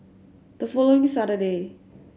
the following Saturday